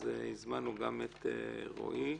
הזמנו גם את רועי,